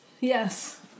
Yes